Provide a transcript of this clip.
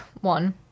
one